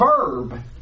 verb